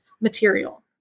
material